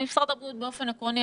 באופן עקרוני,